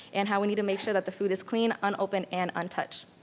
and how we need to make sure that the food is clean, unopened, and untouched.